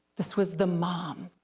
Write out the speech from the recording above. this was the mom,